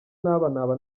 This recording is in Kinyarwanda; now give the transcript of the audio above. naba